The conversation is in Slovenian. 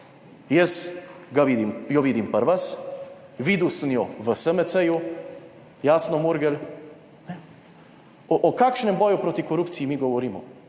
Jaz jo vidim pri vas, videl sem jo v SMC, Jasno Murgel. O kakšnem boju proti korupciji mi govorimo?